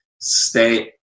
stay